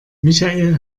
michael